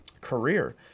career